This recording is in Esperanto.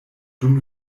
dum